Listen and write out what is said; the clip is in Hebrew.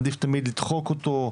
עדיף לדחוק אותו.